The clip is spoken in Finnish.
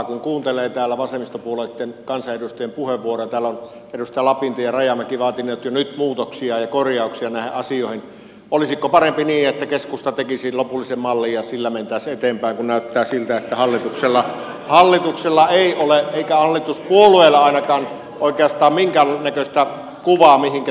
kun kuuntelee täällä vasemmistopuolueitten kansanedustajien puheenvuoroja täällä ovat edustajat lapintie ja rajamäki vaatineet jo nyt muutoksia ja korjauksia näihin asioihin olisiko parempi niin että keskusta tekisi lopullisen mallin ja sillä mentäisiin eteenpäin kun näyttää siltä että hallituksella ei ole eikä hallituspuolueilla ainakaan oikeastaan minkäännäköistä kuvaa mihinkä tässä pyritään